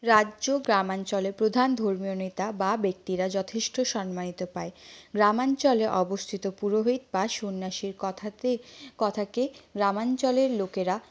রাজ্য গ্রামাঞ্চলে প্রধান ধর্মীয় নেতা বা ব্যক্তিরা যথেষ্ট সন্মানিত পায় গ্রামাঞ্চলে অবস্থিত পুরোহিত বা সন্ন্যাসীর কথাতে কথাকে গ্রামাঞ্চলের লোকেরা